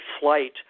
flight